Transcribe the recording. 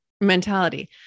Mentality